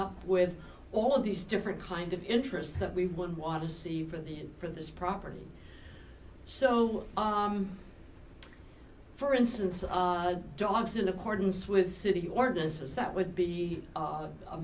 up with all of these different kind of interests that we would want to see for the for this property so for instance dogs in accordance with city ordinances that would be